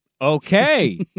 Okay